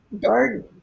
garden